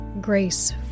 Grace